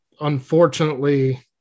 unfortunately